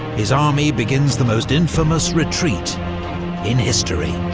his army begins the most infamous retreat in history.